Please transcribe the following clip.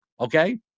okay